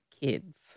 kids